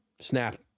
Snap